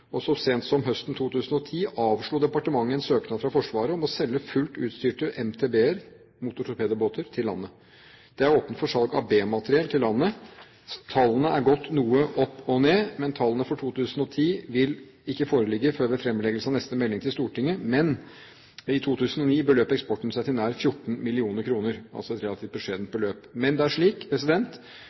Så sent som høsten 2010 avslo departementet en søknad fra Forsvaret om å selge fullt utstyrte MTB-er, motortorpedobåter, til landet. Det er åpnet for salg av B-materiell til landet. Tallene er gått noe opp og ned, men tallene for 2010 vil ikke foreligge før ved fremleggelse av neste melding til Stortinget. I 2009 beløp eksporten seg til nær 14 mill. kr, altså et relativt beskjedent beløp. Men det er slik